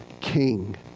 king